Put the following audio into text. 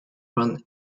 run